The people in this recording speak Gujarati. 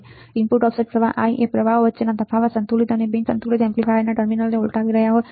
• ઇનપુટ ઓફસેટ પ્રવાહ I એ પ્રવાહો વચ્ચેનો તફાવત સંતુલિત અને બિન સંતુલિત એમ્પ્લીફાયરના ટર્મિનલ્સને ઉલટાવી રહ્યા છે